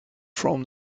from